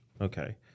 Okay